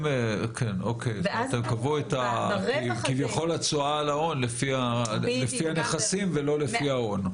הם קבעו את כביכול התשואה על ההון לפי הנכסים ולא לפי ההון.